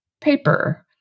paper